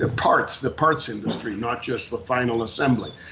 ah parts, the parts industry, not just the final assembly.